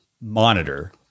monitor